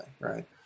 right